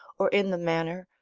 or in the manner,